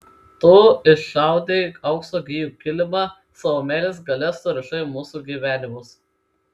tu išaudei aukso gijų kilimą savo meilės galia surišai mūsų gyvenimus